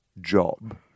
job